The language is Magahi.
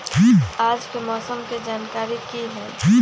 आज के मौसम के जानकारी कि हई?